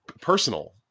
personal